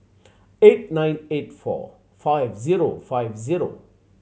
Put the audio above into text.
eight nine eight four five zero five zero